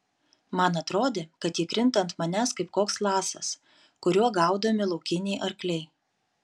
man atrodė kad ji krinta ant manęs kaip koks lasas kuriuo gaudomi laukiniai arkliai